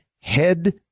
head